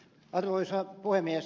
arvoisa puhemies